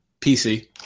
PC